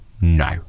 No